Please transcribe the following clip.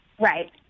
Right